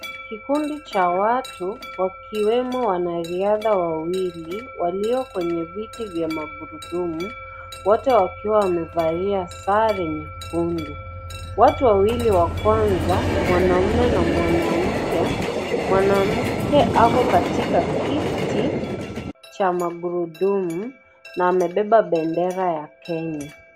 Kikundi cha watu, wakiwemo wanariadha wawili, waliyo kwenye viti vya magurudumu, wote wakiwa waevalia sare nyekundu . Watu wawili wa kwanza, mwanaume na mwanamke, mwanamke ako katika kiti cha magurudumu na amebeba bendera ya Kenya.